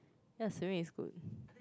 ya swimming is cool